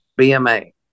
BMA